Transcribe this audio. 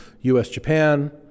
US-Japan